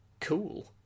cool